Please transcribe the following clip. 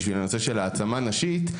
בשביל הנושא של העצמה נשית,